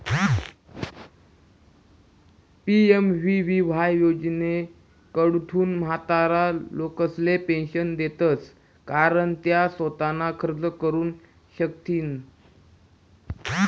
PMVVY योजनाकडथून म्हातारा लोकेसले पेंशन देतंस कारण त्या सोताना खर्च करू शकथीन